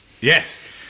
Yes